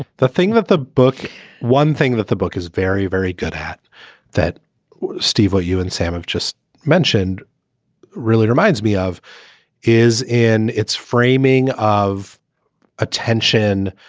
the thing that the book one thing that the book is very, very good at that steve or you and sam have just mentioned really reminds me of is in its framing of attention,